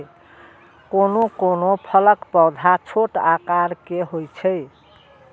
कोनो कोनो फलक पौधा छोट आकार के होइ छै